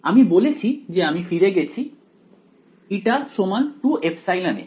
আমি বলেছি যে আমি ফিরে গেছি η 2ε তে